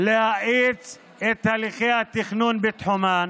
להאיץ את תהליכי התכנון בתחומן,